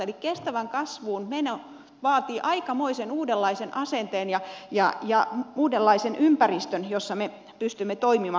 eli kestävään kasvuun meno vaatii aikamoisen uudenlaisen asenteen ja uudenlaisen ympäristön jossa me pystymme toimimaan